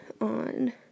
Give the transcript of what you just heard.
on